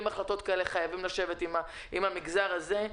החלטות כאלה חייבים לשבת עם המגזר הזה.